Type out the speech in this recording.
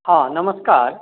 हँ नमस्कार